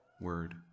word